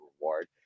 reward